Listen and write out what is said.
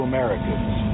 Americans